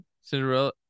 Cinderella